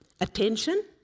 attention